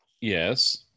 Yes